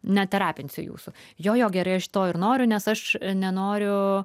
neterapinsiu jūsų jo jo gerai aš to ir noriu nes aš nenoriu